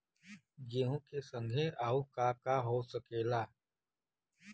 गेहूँ के संगे आऊर का का हो सकेला?